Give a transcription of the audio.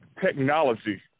technology